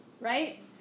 right